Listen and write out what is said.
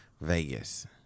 Vegas